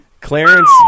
Clarence